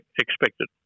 expected